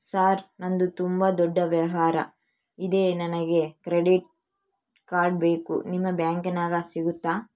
Sir ನಂದು ತುಂಬಾ ದೊಡ್ಡ ವ್ಯವಹಾರ ಇದೆ ನನಗೆ ಕ್ರೆಡಿಟ್ ಕಾರ್ಡ್ ಬೇಕು ನಿಮ್ಮ ಬ್ಯಾಂಕಿನ್ಯಾಗ ಸಿಗುತ್ತಾ?